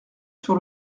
sur